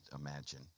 imagine